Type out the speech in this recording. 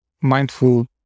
mindful